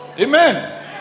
Amen